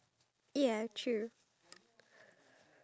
it will take away the